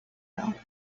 well